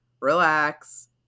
relax